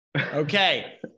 Okay